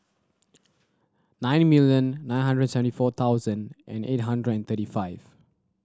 nine million nine hundred seventy four thousand and eight hundred and thirty five